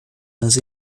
nas